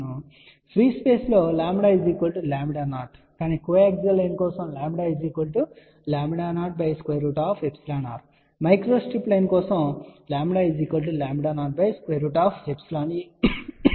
కాబట్టి free space లో λ λ0 కాని కోయాక్సియల్ లైన్ కోసం λ λ0√ϵr మైక్రోస్ట్రిప్ లైన్ కోసం ఇది λ λ0√ϵe అవుతుంది